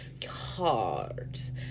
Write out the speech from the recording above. cards